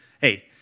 Hey